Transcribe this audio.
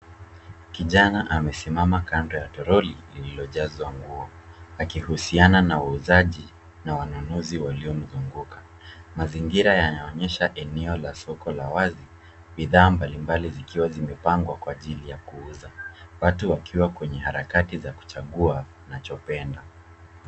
Kijana amesimama kando ya toroli iliyojaa bidhaa. Akihusiana na wauzaji na wanunuzi waliomzunguka. Mazingira yanaonyesha eneo la soko la wazi, bidhaa mbalimbali zikiwa zimepangwa kwa ajili ya kuuzwa. Watu wakiwa kwenye harakati za kuchagua na kununua.